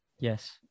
Yes